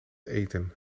eten